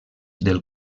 del